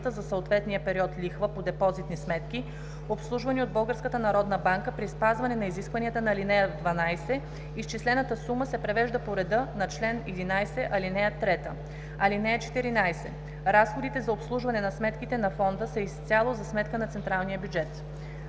за съответния период лихва по депозитни сметки, обслужвани от Българската народна банка, при спазване на изискванията на ал. 12. Изчислената сума се превежда по реда на чл. 11, ал. 3. (14) Разходите за обслужване на сметките на фонда са изцяло за сметка на централния бюджет.“